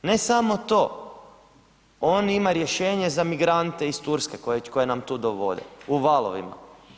Ne samo to, on ima rješenje za migrante iz Turske koje nam tu dovode u valovima.